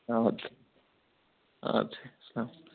ادٕ کیاہ السلام